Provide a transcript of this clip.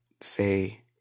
say